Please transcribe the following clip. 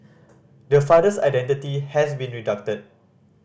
the father's identity has been redacted